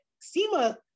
SEMA